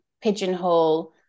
pigeonhole